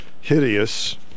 hideous